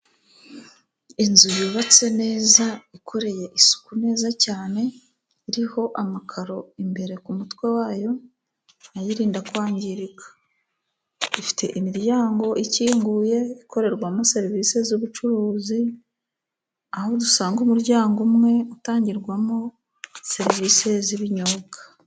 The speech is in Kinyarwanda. Inzu yubatse neza ikoreye isuku neza cyane iriho amakaro imbere ku mutwe wayo ayirinda kwangirika, ifite miryango ikinguye ikorerwamo serivisi z'ubucuruzi aho usanga umuryango umwe utangirwamo serivisi z'ibinyobwa.